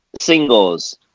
singles